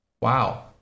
wow